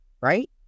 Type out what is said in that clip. right